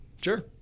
Sure